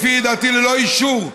לפי דעתי ללא אישור,